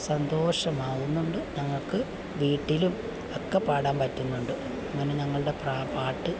സന്തോഷമാകുന്നുണ്ട് ഞങ്ങൾക്ക് വീട്ടിലും ഒക്കെ പാടാൻ പറ്റുന്നുണ്ട് അങ്ങനെ ഞങ്ങളുടെ പാട്ട്